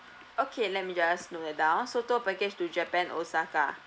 okay let me just note that down so tour package to japan osaka